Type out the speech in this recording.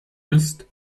ist